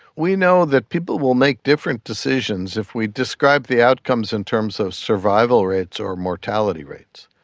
we know that people will make different decisions if we describe the outcomes in terms of survival rates or mortality rates,